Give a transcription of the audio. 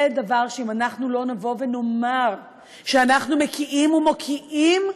זה דבר שאם לא נאמר שאנחנו מקיאים ומוקיעים,